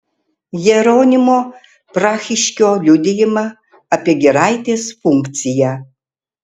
jeronimo prahiškio liudijimą apie giraitės funkciją